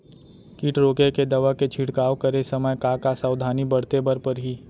किट रोके के दवा के छिड़काव करे समय, का का सावधानी बरते बर परही?